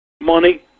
Money